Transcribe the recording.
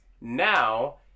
Now